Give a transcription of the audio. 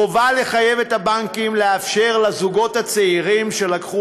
חובה לחייב את הבנקים לאפשר לזוגות הצעירים שלקחו